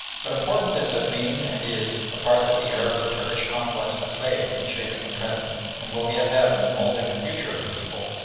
but important as has been, and is, the part that the arab and turkish conquests have played in shaping the present and will yet have in moulding the future of the people,